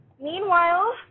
Meanwhile